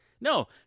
No